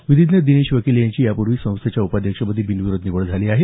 विधीज्ञ दिनेश वकील यांची यापूर्वीच संस्थेच्या उपाध्यक्षपदी बिनविरोध निवड झाली आहे